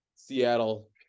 Seattle